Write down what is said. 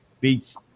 beats